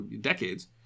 decades